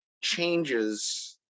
changes